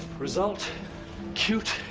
result cute,